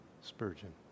Spurgeon